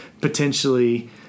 potentially